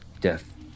death